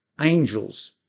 angels